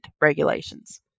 regulations